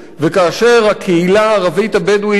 וכאשר הקהילה הערבית הבדואית מאוימת,